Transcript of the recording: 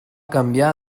canviar